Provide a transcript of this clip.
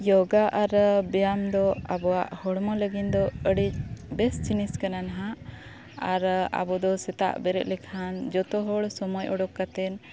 ᱡᱳᱜᱟ ᱟᱨ ᱵᱮᱭᱟᱢ ᱫᱚ ᱟᱵᱚᱣᱟᱜ ᱦᱚᱲᱢᱚ ᱞᱟᱹᱜᱤᱫ ᱫᱚ ᱟᱹᱰᱤ ᱵᱮᱥ ᱡᱤᱱᱤᱥ ᱠᱟᱱᱟ ᱱᱟᱜ ᱟᱨ ᱟᱵᱚ ᱫᱚ ᱥᱮᱛᱟᱜ ᱵᱮᱨᱮᱫ ᱞᱮᱠᱷᱟᱱ ᱡᱷᱚᱛᱚ ᱦᱚᱲ ᱥᱚᱢᱚᱭ ᱩᱰᱩᱠ ᱠᱟᱛᱮᱫ